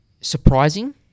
surprising